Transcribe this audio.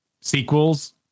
sequels